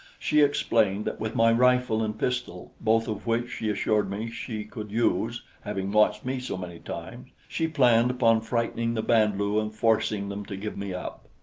she explained that with my rifle and pistol both of which she assured me she could use, having watched me so many times she planned upon frightening the band-lu and forcing them to give me up.